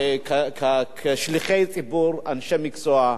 כשליחי ציבור, אנשי מקצוע,